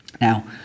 Now